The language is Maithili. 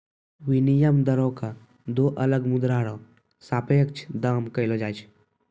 विनिमय दरो क दो अलग मुद्रा र सापेक्ष दाम कहलो जाय छै